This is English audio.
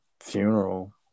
funeral